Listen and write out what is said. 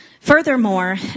Furthermore